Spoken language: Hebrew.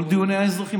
כל דיוני האזרחים.